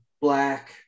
Black